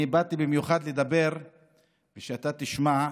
אני באתי במיוחד לדבר בשביל שאתה תשמע.